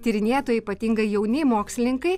tyrinėtojai ypatingai jauni mokslininkai